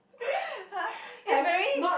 !huh! is very